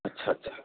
اچھا اچھا